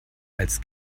als